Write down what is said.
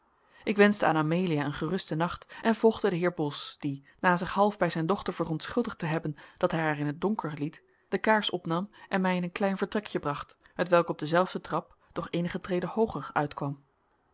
ik wenschte aan amelia een gerusten nacht en volgde den heer bos die na zich half bij zijn dochter verontschuldigd te hebben dat hij haar in het donker liet de kaars opnam en mij in een klein vertrekje bracht hetwelk op dezelfde trap doch eenige treden hooger uitkwam